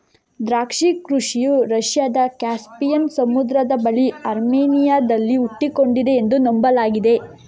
ದ್ರಾಕ್ಷಿ ಕೃಷಿಯು ರಷ್ಯಾದ ಕ್ಯಾಸ್ಪಿಯನ್ ಸಮುದ್ರದ ಬಳಿ ಅರ್ಮೇನಿಯಾದಲ್ಲಿ ಹುಟ್ಟಿಕೊಂಡಿದೆ ಎಂದು ನಂಬಲಾಗಿದೆ